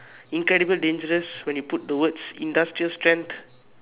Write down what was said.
incredible dangerous when you put the words industrial strength